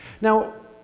Now